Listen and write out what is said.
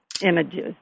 images